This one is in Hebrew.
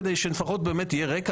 כדי שלפחות באמת יהיה רקע.